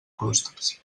clústers